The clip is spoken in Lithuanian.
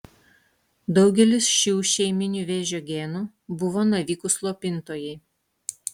daugelis šių šeiminių vėžio genų buvo navikų slopintojai